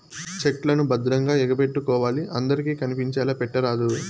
check లను భద్రంగా ఎగపెట్టుకోవాలి అందరికి కనిపించేలా పెట్టరాదు